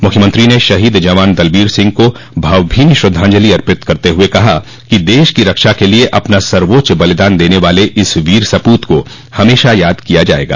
मुख्यमंत्री ने शहीद जवान दलबीर सिंह को भावभीनी श्रद्धांजलि अर्पित करते हुए कहा कि देश की रक्षा के लिए अपना सर्वोच्च बलिदान देने वाले इस वीर सपूत को हमेशा याद किया जायेगा